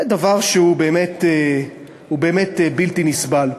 זה דבר שהוא באמת בלתי נסבל.